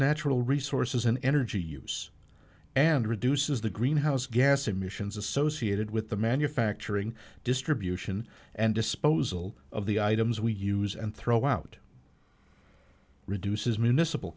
natural resources and energy use and reduces the greenhouse gas emissions associated with the manufacturing distribution and disposal of the items we use and throw out reduces municipal